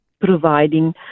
providing